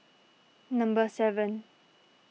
number seven